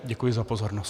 Děkuji za pozornost.